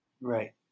Right